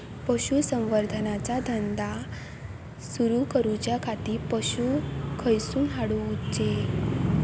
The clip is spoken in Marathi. पशुसंवर्धन चा धंदा सुरू करूच्या खाती पशू खईसून हाडूचे?